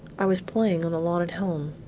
i was playing on the lawn at home.